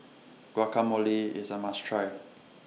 Guacamole IS A must Try